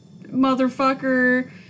motherfucker